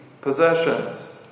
possessions